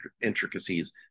intricacies